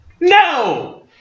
No